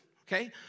Okay